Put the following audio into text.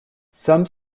some